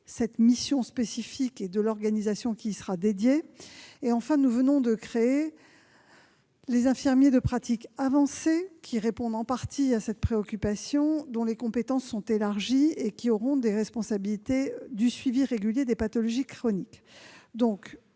cette mission spécifique et de l'organisation dédiée. Nous venons de créer les infirmiers de pratique avancée, qui répondent en partie à une telle préoccupation. Leurs compétences sont élargies et ils auront la responsabilité du suivi régulier des pathologies chroniques.